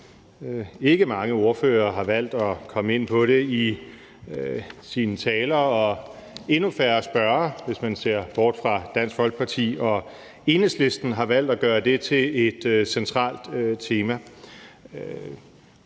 Ikke mange ordførere har valgt at komme ind på det i deres taler, og endnu færre spørgere – hvis man ser bort fra Dansk Folkeparti og Enhedslisten – har valgt at gøre det til et centralt tema.